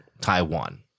Taiwan